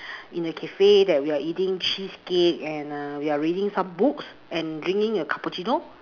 in a cafe that you're eating cheesecake and err you're reading some books and drinking a cappuccino